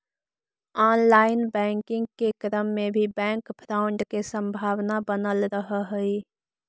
online banking के क्रम में भी बैंक फ्रॉड के संभावना बनल रहऽ हइ